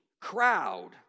crowd